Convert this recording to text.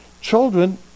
children